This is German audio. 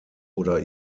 oder